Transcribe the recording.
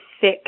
thick